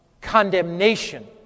condemnation